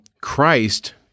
Christ—